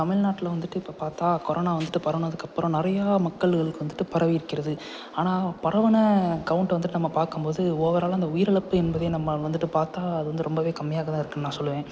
தமிழ்நாட்டுல வந்துட்டு இப்போ பார்த்தா கொரோனா வந்துவிட்டு பரவுனதுக்கு அப்புறம் நிறையா மக்களுகளுக்கு வந்துட்டு பரவி இருக்கிறது ஆனால் பரவின கவுண்ட்டை வந்துவிட்டு நாம பார்க்கும்போது ஓவரால் அந்த உயிரிழப்பு என்பதே நம்ம வந்துவிட்டு பார்த்தா அது வந்து ரொம்பவே கம்மியாகதான் இருக்குன்னு நான் சொல்லுவேன்